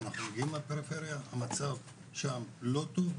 אנחנו מגיעים מהפריפריה, אנחנו שם במצב לא טוב.